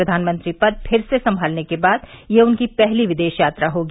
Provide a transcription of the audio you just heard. प्रधानमंत्री पद फिर से संमालने के बाद यह उनकी पहली विदेश यात्रा होगी